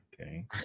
okay